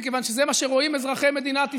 מכיוון שזה מה שרואים אזרחי מדינת ישראל.